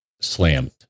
slammed